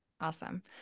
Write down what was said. Awesome